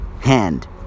hand